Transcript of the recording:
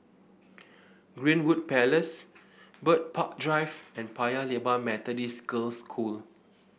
Greenwood Place Bird Park Drive and Paya Lebar Methodist Girls' School